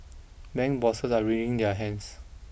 bank bosses are wringing their hands